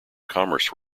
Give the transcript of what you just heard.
commerce